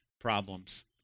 problems